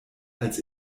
als